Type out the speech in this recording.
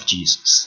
Jesus